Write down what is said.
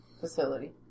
facility